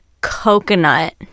coconut